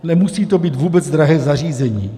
Nemusí to být vůbec drahé zařízení.